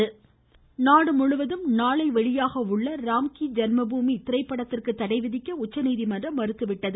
நீதிமன்றம் திரைப்படம் நாடுமுழுவதும் நாளை வெளியாக உள்ள ராம்கி ஜன்ம பூமி திரைப்படத்திற்கு தடை விதிக்க உச்சநீதிமன்றம் மறுத்துவிட்டது